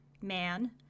man